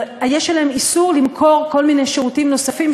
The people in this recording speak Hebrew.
יש עליהם איסור למכור כל מיני שירותים נוספים,